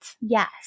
Yes